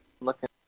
looking